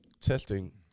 testing